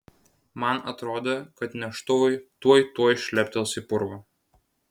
man atrodė kad neštuvai tuoj tuoj šleptels į purvą